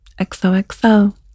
XOXO